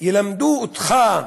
גדולי הדורות ילמדו אותך,